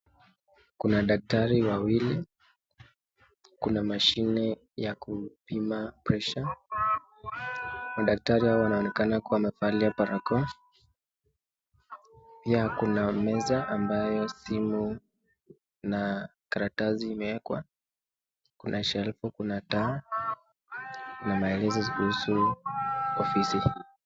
Kuna daktari wawili, kuna mashine ya kupima presha, madaktari hawa wanaoenekana kuwa wamevalia barakoa, pia kuna meza ambayo simu na karatasi imewekwa, kuna shelfu, kuna taa na maelezo kuhusu ofisi.